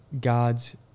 God's